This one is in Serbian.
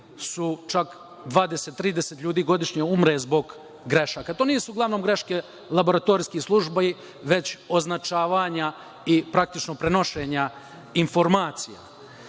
čak 20-30 ljudi godišnje umre zbog grešaka, to nisu uglavnom greške laboratorijskih službi, već označavanja i praktično prenošenja informacija. Stoga